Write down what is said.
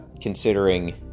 considering